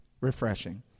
refreshing